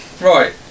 Right